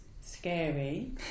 scary